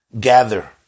gather